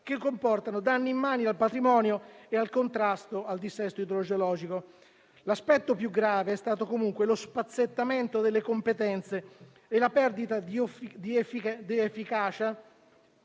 che comportano danni immani al patrimonio e al contrasto al dissesto idrogeologico. L'aspetto più grave è stato comunque lo spacchettamento delle competenze e la perdita di efficacia,